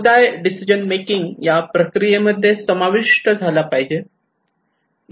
समुदाय decision making या प्रक्रियेमध्ये समाविष्ट झाला पाहिजे